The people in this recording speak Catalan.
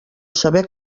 saber